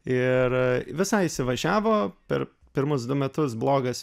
ir visai įsivažiavo per pirmus du metus blogas